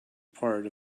part